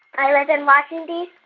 i live in washington, d